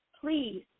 please